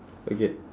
okay